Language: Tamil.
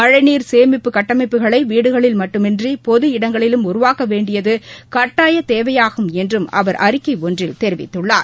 மழை நீர் சேமிப்பு கட்டமைப்புகளை வீடுகளில் மட்டுமன்றி பொது இடங்களிலும் உருவாக்க வேண்டியது கட்டாய தேவையாகும் என்றும் அவா் அறிக்கை ஒன்றில் தெரிவித்துள்ளார்